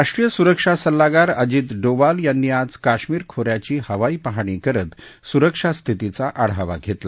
राष्ट्रीय सुरक्षा सल्लागार अजीत डोवाल यांनी आज कश्मीर खोऱ्याची हवाई पाहणी करत सुरक्षा स्थितीचा आढावा घेतला